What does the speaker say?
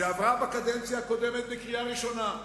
שעברה בקדנציה הקודמת בקריאה ראשונה,